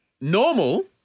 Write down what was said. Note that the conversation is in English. Normal